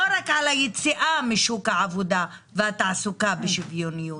רק על היציאה משוק העבודה והתעסוקה בשוויוניות.